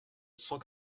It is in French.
cent